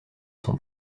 son